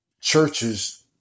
Churches